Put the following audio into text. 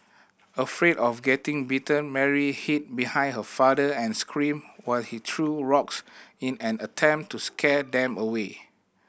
afraid of getting bitten Mary hid behind her father and screamed while he threw rocks in an attempt to scare them away